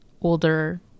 older